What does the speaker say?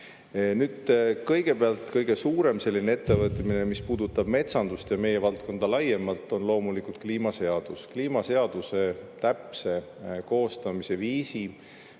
Kõigepealt, kõige suurem ettevõtmine, mis puudutab metsandust ja meie valdkonda laiemalt, on loomulikult kliimaseadus. Kliimaseaduse täpset koostamise viisi,